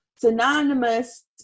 synonymous